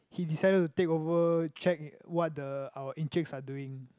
he decided to take over check what the our Enciks are doing